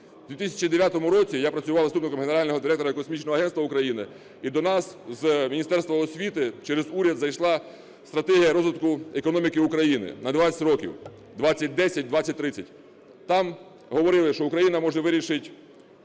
В 2009 році я працював заступником генерального директора Космічного агентства України. І до нас з Міністерства освіти через уряд зайшла стратегія розвитку економіки України на 20 років: 2010-2030. Там говорили, що Україна може вирішити